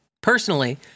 personally